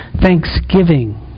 thanksgiving